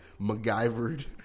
MacGyvered